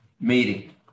meeting